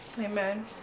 Amen